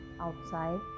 outside